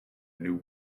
new